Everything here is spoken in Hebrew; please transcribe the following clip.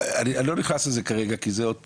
אני לא נכנס לזה כרגע כי זה עוד פעם,